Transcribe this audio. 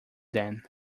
them